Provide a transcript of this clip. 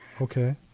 okay